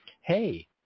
hey